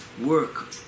work